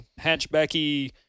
hatchbacky